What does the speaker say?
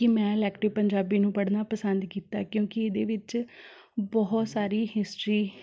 ਕਿ ਮੈਂ ਇਲੈੱਕਟਿਵ ਪੰਜਾਬੀ ਨੂੰ ਪੜ੍ਹਨਾ ਪਸੰਦ ਕੀਤਾ ਕਿਉਂਕਿ ਇਹਦੇ ਵਿੱਚ ਬਹੁਤ ਸਾਰੀ ਹਿਸਟਰੀ